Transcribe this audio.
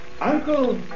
Uncle